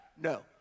No